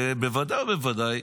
ובוודאי ובוודאי,